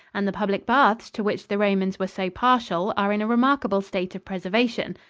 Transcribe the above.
and the public baths to which the romans were so partial are in a remarkable state of preservation,